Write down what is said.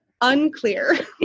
unclear